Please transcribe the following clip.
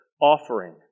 offering